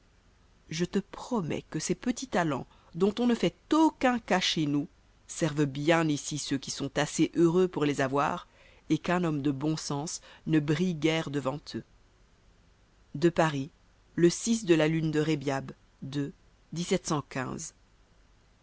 je te promets que ces petits talents dont on ne fait aucun cas chez nous servent bien ici ceux qui sont assez heureux pour les avoir et qu'un homme de bon sens ne brille guère devant ces sortes de gens de paris le de la lune de